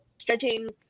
stretching